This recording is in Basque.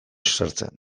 sartzen